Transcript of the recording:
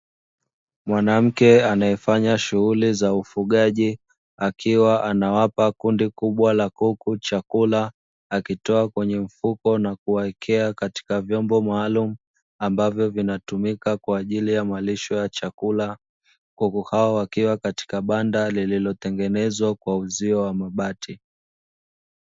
Mwanamke anayefanya shughuli za ufugaji, akiwa anawapa kundi kubwa la kuku chakula, akitoa kwenye mfuko na kuwawekea katika vyombo maalumu, ambavyo vinatumika kwa ajili ya malisho ya chakula. Kuku hao wakiwa katika banda lililotengenezwa kwa uzio wa mabati.